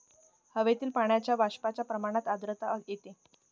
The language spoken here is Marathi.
हवेतील पाण्याच्या बाष्पाच्या प्रमाणात आर्द्रता येते